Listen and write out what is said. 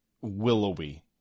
willowy